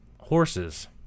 horses